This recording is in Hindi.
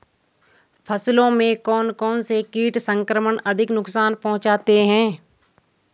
फसलों में कौन कौन से कीट संक्रमण अधिक नुकसान पहुंचाते हैं?